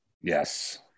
yes